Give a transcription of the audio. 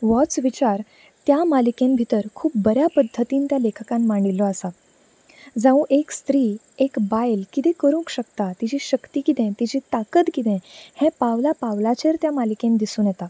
होच विचार त्या मालिकेन भितर खूब बऱ्या पद्धतीन त्या लेखकान मांडिल्लो आसा जावूं एक स्त्री एक बायल किदें करूंक शकता तिजी शक्ती किदें तिजी ताकद किदें हें पावला पावलाचेर त्या दिसून येता